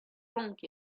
drunk